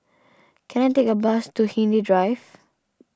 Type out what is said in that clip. can I take a bus to Hindhede Drive